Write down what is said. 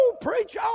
Preach